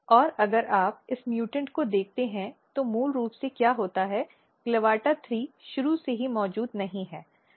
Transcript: और अगर आप इस म्यूटेंटउ को देखते हैं तो मूल रूप से क्या होता है CLAVATA3 शुरू से भी मौजूद नहीं है